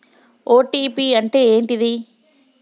OTP అంటే ఏంటిది?